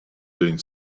doing